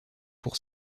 pour